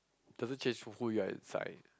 doesn't change who you are inside